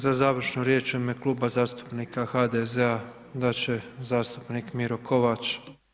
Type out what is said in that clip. Za završnu riječ u ime Kluba zastupnika HDZ-a dat će zastupnik Miro Kovač.